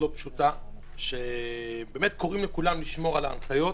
פשוטה שקוראים לכולם לשמור על ההנחיות,